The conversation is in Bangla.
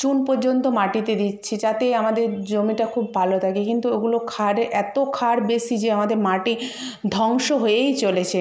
চুন পর্যন্ত মাটিতে দিচ্ছি যাতে আমাদের জমিটা খুব ভালো থাকে কিন্তু ওগুলো ক্ষারে এত ক্ষার বেশি যে আমাদের মাটি ধ্বংস হয়েই চলেছে